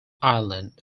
ireland